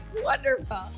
wonderful